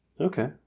Okay